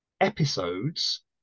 episodes